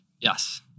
Yes